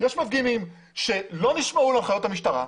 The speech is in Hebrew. יש מפגינים שלא נשמעו להנחיות המשטרה.